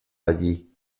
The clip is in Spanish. allí